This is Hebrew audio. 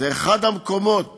אחד המקומות